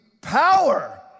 power